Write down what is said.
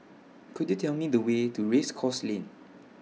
Could YOU Tell Me The Way to Race Course Lane